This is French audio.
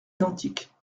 identiques